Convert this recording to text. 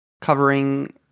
covering